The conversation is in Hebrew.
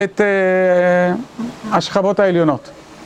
את השכבות העליונות